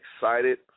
excited